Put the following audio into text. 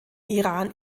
iran